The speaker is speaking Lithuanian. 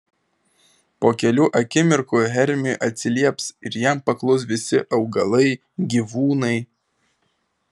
po kelių akimirkų hermiui atsilieps ir jam paklus visi augalai gyvūnai